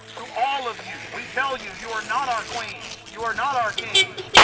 to all of you. we tell you, you are not our queens, you are not our kings,